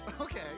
Okay